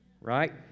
right